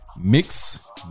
Mix